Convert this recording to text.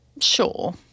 Sure